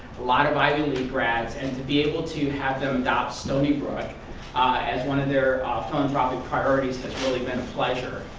a lot of ivy league grads. and to be able to have them help and stony brook as one of their philanthropic priorities has really been a pleasure.